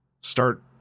start